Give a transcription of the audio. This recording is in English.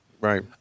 right